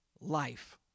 life